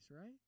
right